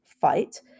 fight